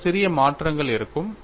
சில சிறிய மாற்றங்கள் இருக்கும்